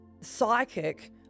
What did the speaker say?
psychic